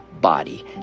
body